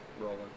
rolling